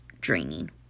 draining